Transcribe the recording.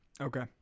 Okay